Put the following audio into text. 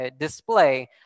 display